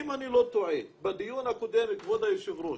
אם אני לא טועה, בדיון הקודם, כבוד היושב-ראש,